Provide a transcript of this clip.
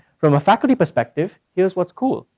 from a faculty perspective, here's what's cool,